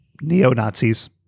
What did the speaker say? neo-Nazis